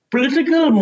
Political